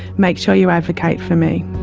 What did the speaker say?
make sure you advocate for me.